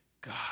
God